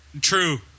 True